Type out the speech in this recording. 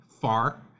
far